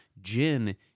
gin